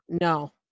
No